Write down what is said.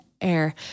air